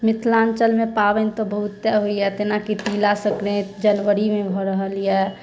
मिथिलाञ्चलमे पाबनि तऽ बहुते होइया जेनाकि तिला सङ्क्रान्ति जनवरीमे भए रहल यऽ